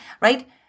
right